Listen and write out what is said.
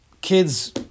kids